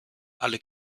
alle